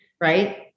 right